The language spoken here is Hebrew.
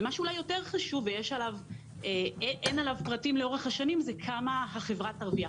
ומה שאולי חשוב יותר ואין עליו פרטים לאורך השנים הוא כמה החברה תרוויח.